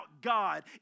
God